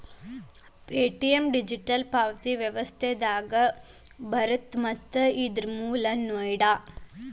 Paytm digital ಪಾವತಿ ವ್ಯವಸ್ಥೆದಾಗ ಬರತ್ತ ಮತ್ತ ಇದರ್ ಮೂಲ ನೋಯ್ಡಾ